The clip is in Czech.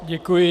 Děkuji.